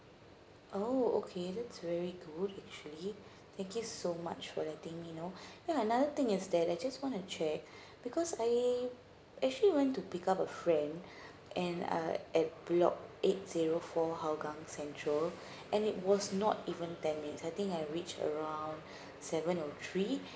oh okay that's very good actually thank you so much for that thing you know yeah another thing is that I just want to check because I actually went to pick up a friend and uh at block eight zero four hougang central and it was not even ten minutes I think I reach around seven O three